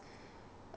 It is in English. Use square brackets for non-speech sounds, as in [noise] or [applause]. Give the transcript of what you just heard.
[breath]